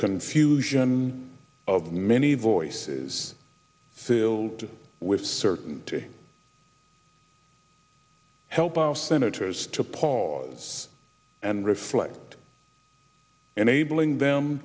confusion of many voices filled with certainty help our senators to pause and reflect enabling them